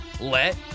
Let